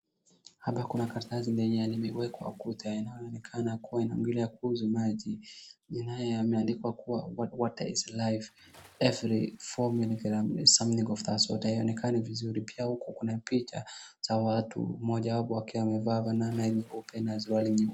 Hapa kuna karatasi denye imewekwa kwa ukuta yenye inaonekana kuwa inaongelea kuuza maji. Jina yenye imeandikwa kuwa, " Water is life ."" Every 4mg is something of that sort ." Haionekani vizuri. Pia huko kuna picha za watu, mojawapo akiwa amevaa fana open na suruali.